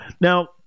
Now